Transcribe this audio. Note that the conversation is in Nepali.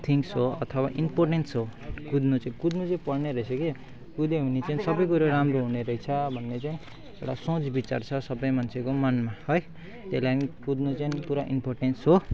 थिङ्गस हो अथवा इम्पोर्टेन्स हो कुद्नु चाहिँ कुद्नु चाहिँ पर्ने रहेछ के कुद्यो भने चाहिँ सबै कुरो राम्रो हुने रहेछ भन्ने चाहिँ एउटा सोच विचार छ सबै मान्छेको मनमा है त्यही लागि कुद्नु चाहिँ पुरा इम्पोर्टेन्स हो